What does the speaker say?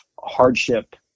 hardship